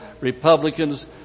Republicans